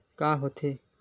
का होथे?